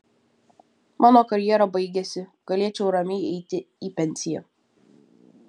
mano karjera baigiasi galėčiau ramiai eiti į pensiją